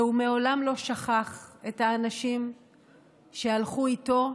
והוא מעולם לא שכח את האנשים שהלכו איתו,